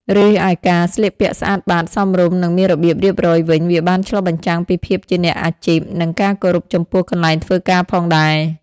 រីឯការស្លៀកពាក់ស្អាតបាត សមរម្យ និងមានរបៀបរៀបរយវិញវាបាន ឆ្លុះបញ្ចាំងពីភាពជាអ្នកអាជីព និងការគោរពចំពោះកន្លែងធ្វើការផងដែរ។